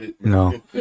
no